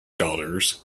daughters